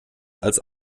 als